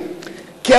שניסתה.